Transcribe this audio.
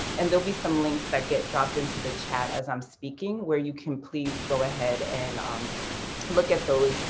and there will be some links that get dropped into the chat as i'm speaking where you can please go ahead and um look at those.